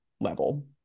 level